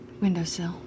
windowsill